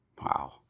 Wow